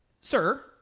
Sir